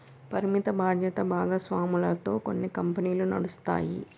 పరిమిత బాధ్యత భాగస్వామ్యాలతో కొన్ని కంపెనీలు నడుస్తాయి